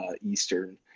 Eastern